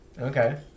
Okay